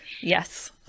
yes